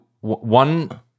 One